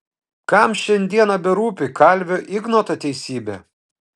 kam šiandieną berūpi kalvio ignoto teisybė